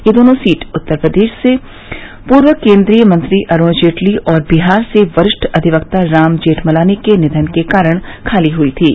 ये दोनों सीट उत्तर प्रदेश से पूर्व केंद्रीय मंत्री अरूण जेटली और बिहार से वरिष्ठ अधिवक्ता राम जेठमलानी के निधन के कारण खाली हई थीं